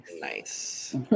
nice